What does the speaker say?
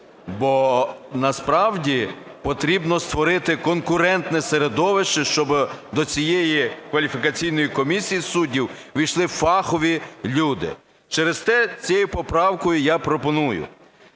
бо насправді потрібно створити конкурентне середовище, щоб до цієї кваліфікаційної комісії суддів увійшли фахові люди. Через те цією поправкою я пропоную,